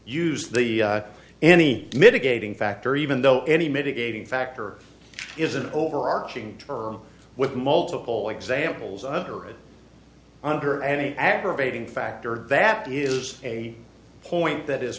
use the any mitigating factor even though any mitigating factor is an overarching term with multiple examples other under any aggravating factor that is a point that is